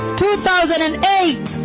2008